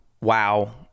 wow